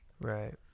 right